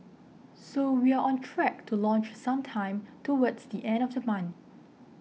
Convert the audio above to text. so we're on track to launch sometime towards the end of the month